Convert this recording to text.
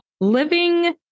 living